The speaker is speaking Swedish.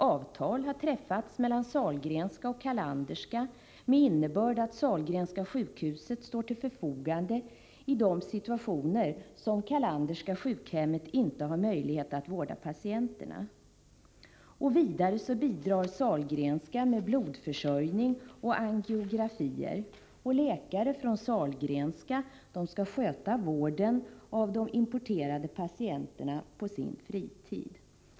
Avtal har träffats mellan Sahlgrenska och Carlanderska med innebörd att Sahlgrenska sjukhuset står till förfogande i de situationer som Carlanderska sjukhemmet inte har möjlighet att vårda patienterna. Vidare bidrar Sahlgrenska med blodförsörjning och angiografier. Läkare från Sahlgrenska skall sköta vården av de importerade patienterna på sin fritid.